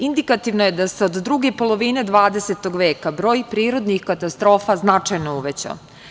Indikativno je da se od druge polovine 20. veka broj prirodnih katastrofa značajno uvećao.